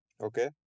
Okay